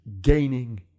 gaining